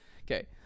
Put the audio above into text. Okay